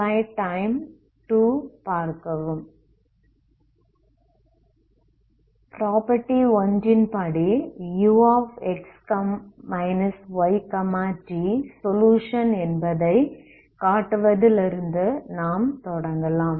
slide டைம்200 பார்க்கவும் property 1 ன் படி ux yt சொலுயுஷன் என்பதை காட்டுவதிலிருந்து நாம் தொடங்கலாம்